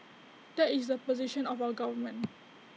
that is the position of our government